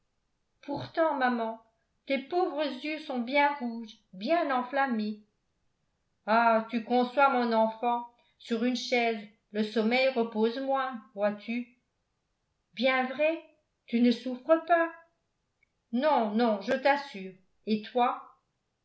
pourtant maman tes pauvres yeux sont bien rouges bien enflammés ah tu conçois mon enfant sur une chaise le sommeil repose moins vois-tu bien vrai tu ne souffres pas non non je t'assure et toi